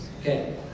Okay